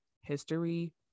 history